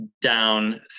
down